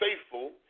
faithful